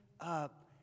up